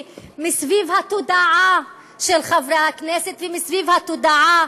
סביב התודעה של חברי הכנסת וסביב התודעה